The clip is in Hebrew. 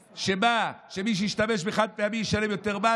שמה, שמי שישתמש בחד-פעמי ישלם יותר מס?